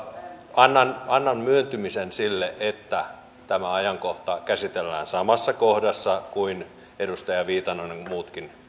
annan annan myöntymisen sille että tämä asia käsitellään samassa ajankohdassa kuin edustaja viitanen on muutkin